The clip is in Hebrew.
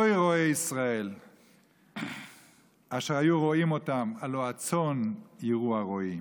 הוי רֹעי ישראל אשר היו רֹעים אותם הלוא הצאן ירעו הרֹעים"